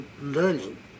learning